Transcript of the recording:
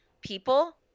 people –